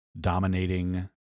dominating